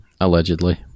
allegedly